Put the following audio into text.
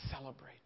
celebrate